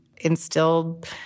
instilled